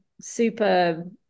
super